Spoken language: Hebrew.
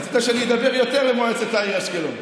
רצית שאני אדבר יותר על מועצת העיר אשקלון.